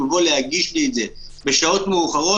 אם אני אוכל להגיש בכל רגע נתון כתבי בית דין לבתי המשפט ובתי הדין,